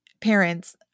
parents